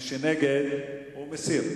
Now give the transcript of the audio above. מי שנגד, הוא בעד להסיר.